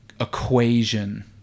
equation